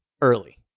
early